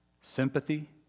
sympathy